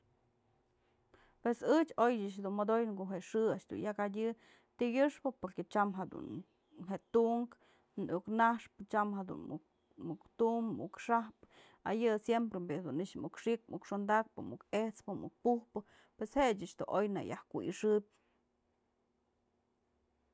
Pues ëch oy dun modoy në ko'o je xë a'ax dun yakatyë tikyëxpë porque tyam jadun je'e tunk iuk naxpë tyam jedun muk tum muk xajpë a yë siemprem bi'i dun muk xi'ik muk xondakpë, muk et'spë muk pup'pë, pues je'e ëch dun oy në yajkuyxëp.